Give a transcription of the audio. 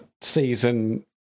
season